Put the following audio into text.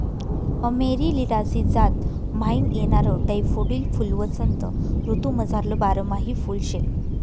Amaryllidaceae जात म्हाईन येणारं डैफोडील फुल्वसंत ऋतूमझारलं बारमाही फुल शे